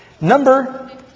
Number